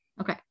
okay